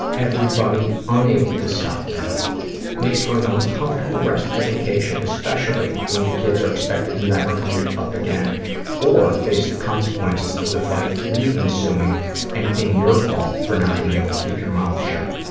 everybody unable to stop them. it makes for an uncomfortable rest of the vacation, especially when the kids are expected to never bring it up again or face the consequences of the fight re-ensuing and it being your fault for not being able to keep your mouth shut.